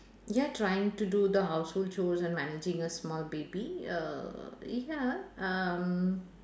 ya trying to do the household chores and managing a small baby err ya um